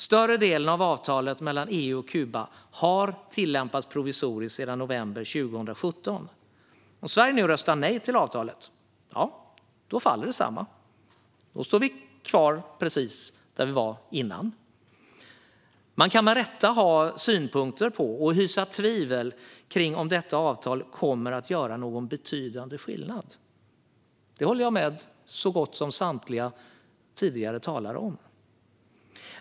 Större delen av avtalet mellan EU och Kuba har tillämpats provisoriskt sedan november 2017. Om Sverige röstar nej till avtalet faller det, och då står vi kvar där vi var innan. Man kan med rätta ha synpunkter på och hysa tvivel om huruvida detta avtal kommer att göra någon betydande skillnad. Det håller jag med så gott som samtliga tidigare talare om.